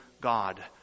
God